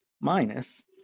Minus